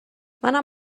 منم